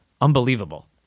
Unbelievable